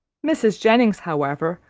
mrs. jennings, however,